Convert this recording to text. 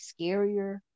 scarier